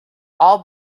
all